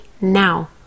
now